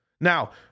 Now